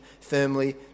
firmly